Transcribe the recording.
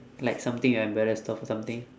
like something you're embarrassed of or something